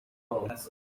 wawe